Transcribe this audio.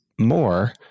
more